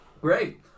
Great